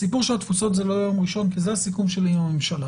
הסיפור של התפיסות זה לא יום ראשון כי זה הסיכום שלי עם הממשלה.